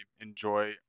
enjoy